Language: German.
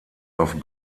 auf